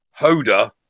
hoda